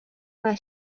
una